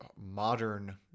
modern